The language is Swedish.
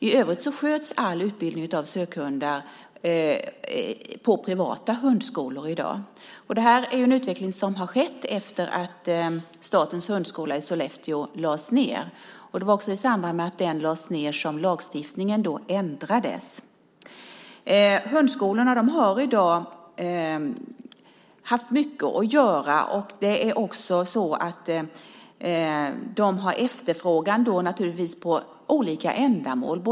I övrigt sköts all utbildning av sökhundar på privata hundskolor i dag. Det är en utveckling som har skett efter att Statens hundskola i Sollefteå lades ned. Det var också i samband med att den lades ned som lagstiftningen ändrades. Hundskolorna har i dag haft mycket att göra. De har efterfrågan för olika ändamål.